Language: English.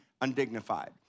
undignified